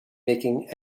making